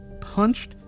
punched